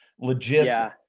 logistics